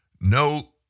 no